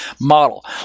model